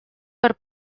per